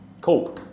Cool